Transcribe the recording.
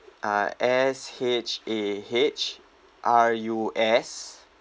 uh S H A H R U S